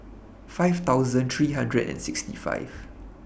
five thousand three hundred and sixty five